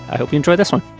i hope you enjoy this one